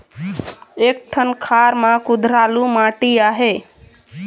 एक ठन खार म कुधरालू माटी आहे?